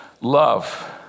love